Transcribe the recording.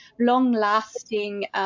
long-lasting